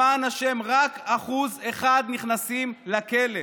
למען השם, רק 1% נכנס לכלא.